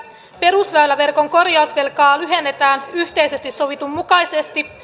perusväyläverkon korjausvelkaa lyhennetään yhteisesti sovitun mukaisesti